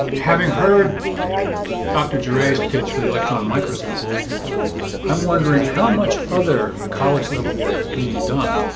having heard dr. dre's pitch for the electron microscope i'm wondering how much other college level work is being done